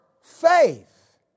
faith